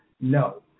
No